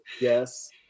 Yes